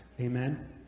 Amen